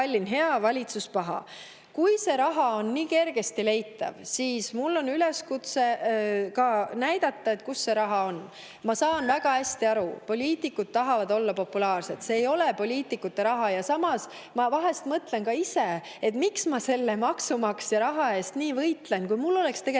see raha on nii kergesti leitav, siis mul on üleskutse, et ka näidataks, kus see raha on. Ma saan väga hästi aru: poliitikud tahavad olla populaarsed. See ei ole poliitikute raha. Samas ma vahel mõtlen ka ise, et miks ma selle maksumaksja raha eest nii võitlen, kui mul oleks lihtne